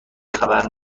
خبر